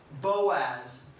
Boaz